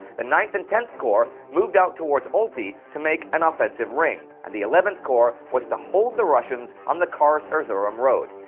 the ninth and tenth corps moved out toward olty to make an offensive ring, and the eleventh corps was to hold the russians on the kars-erzurum road.